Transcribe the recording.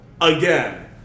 again